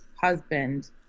husband